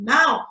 Now